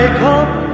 come